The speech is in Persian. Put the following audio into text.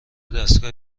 دستگاه